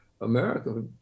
America